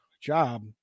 job